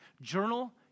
journal